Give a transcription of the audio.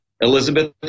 Elizabeth